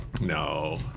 No